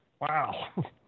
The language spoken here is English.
Wow